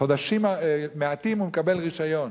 חודשים מעטים, הוא מקבל רשיון.